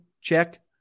check